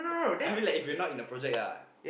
I mean like if we're not in the project ah